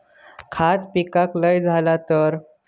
खता पिकाक लय झाला तर?